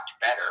better